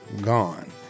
gone